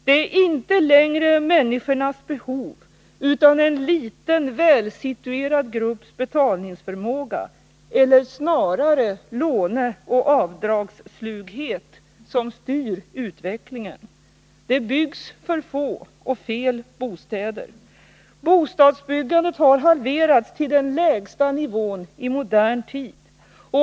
Det är inte längre människornas behov utan en liten, välsituerad grupps betalningsförmåga — eller snarare låneoch avdragsslughet — som styr utvecklingen. Det byggs för få och fel bostäder. Bostadsbyggandet har halverats till den lägsta nivån i modern tid.